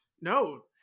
No